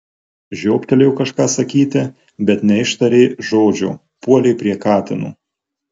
žiobtelėjo kažką sakyti bet neištarė žodžio puolė prie katino